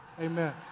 Amen